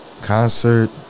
concert